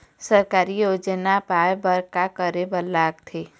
सरकारी योजना पाए बर का करे बर लागथे?